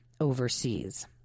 overseas